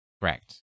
Correct